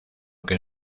que